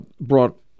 brought